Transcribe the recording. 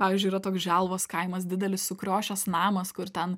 pavyzdžiui yra toks želvos kaimas didelis sukriošęs namas kur ten